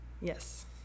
Yes